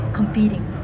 competing